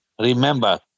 remember